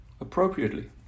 appropriately